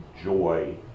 joy